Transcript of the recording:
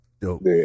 Dope